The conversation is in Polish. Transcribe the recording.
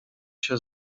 się